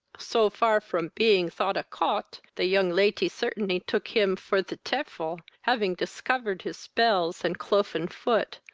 so far from being thought a cot, the young laty certainly took him for the tifel, having discovered his spells and clofen foot,